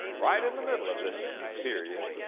right in the middle of this period,